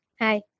Hi